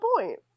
point